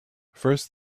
first